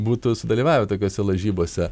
būtų sudalyvavę tokiose lažybose